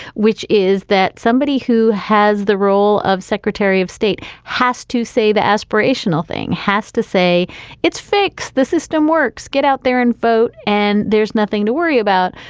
which is that somebody who has the role of secretary of state has to say the aspirational thing, has to say it's fix the system works, get out there and vote and there's nothing to worry about.